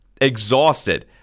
exhausted